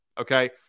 okay